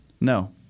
No